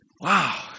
Wow